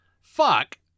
fuck